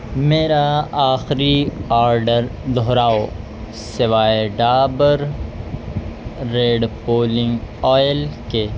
میرا آخری آڈر دہراؤ سوائے ڈابر ریڈ پولنگ آئل کے